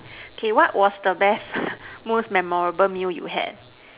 okay what was the best most memorable meal you had